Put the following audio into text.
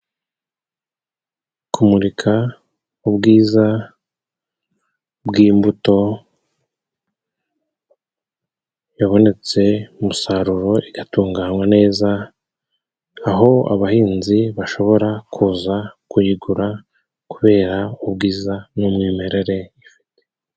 Kumurika ubwiza bw'imbuto yabonetse, umusaruro igatunganywa neza aho abahinzi bashobora kuza kuyigura kubera ubwiza n'umwimerere ifite.